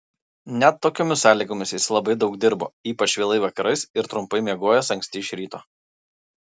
net tokiomis sąlygomis jis labai daug dirbo ypač vėlai vakarais ir trumpai miegojęs anksti iš ryto